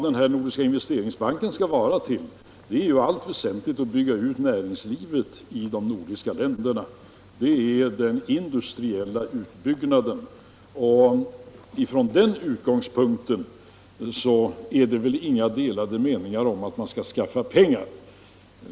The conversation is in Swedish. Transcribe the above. Den nordiska investeringsbanken skall i allt väsentligt vara till för att bygga ut näringslivet i de nordiska länderna. Från den utgångspunkten finns det väl inga delade meningar om att man skall skaffa pengar.